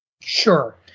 sure